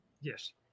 Yes